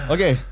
Okay